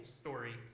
story